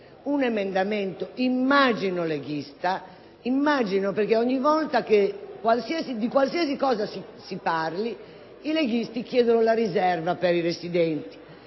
un emendamento, immagino, leghista – dato che di qualsiasi cosa si parli, i leghisti chiedono la riserva per i residenti